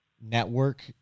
network